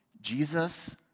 Jesus